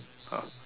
ah